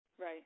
Right